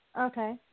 okay